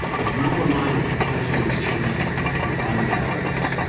you were reminded that the country was changing in fundamental ways.